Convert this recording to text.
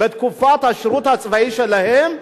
בתקופת השירות הצבאי שלהם,